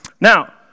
Now